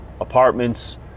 apartments